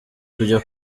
kujya